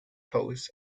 host